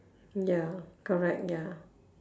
ya correct ya